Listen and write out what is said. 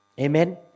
Amen